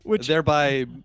Thereby